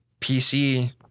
PC